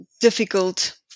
difficult